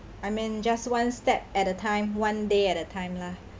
I mean just one step at a time one day at a time lah